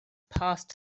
passed